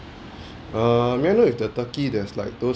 err may I know if the turkey there's like those